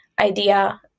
idea